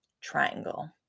triangle